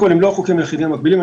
הם לא החוקים היחידים המקבילים.